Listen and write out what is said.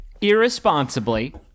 irresponsibly